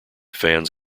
fans